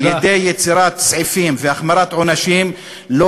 על-ידי יצירת סעיפים והחמרת עונשים לא